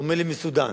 הוא אומר לי: מסודן.